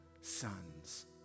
sons